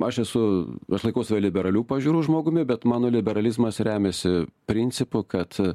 aš esu aš laikau save liberalių pažiūrų žmogumi bet mano liberalizmas remiasi principu kad